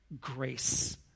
grace